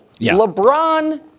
LeBron